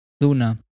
Luna